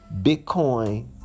Bitcoin